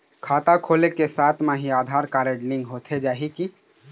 खाता खोले के साथ म ही आधार कारड लिंक होथे जाही की?